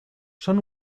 son